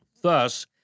Thus